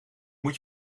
moet